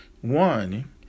one